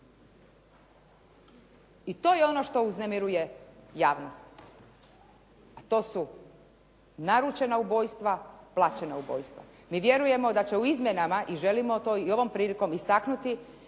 I to je ono što uznemiruje javnost, a to su naručena ubojstva, plaćena ubojstva. Mi vjerujemo da će u izmjenama i želimo to i ovom prilikom istaknuti,